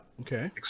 okay